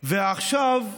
ועכשיו,